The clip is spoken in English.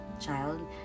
child